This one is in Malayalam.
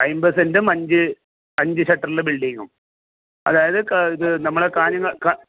അയിമ്പത് സെന്റും അഞ്ച് അഞ്ച് സെക്ടറിൽ ബിൽഡിങ്ങും അതായത് ഇത് നമ്മളെ കാഞ്ഞങ്ങാട്